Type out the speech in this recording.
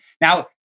Now